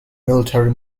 military